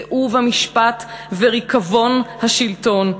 סיאוב המשפט וריקבון השלטון,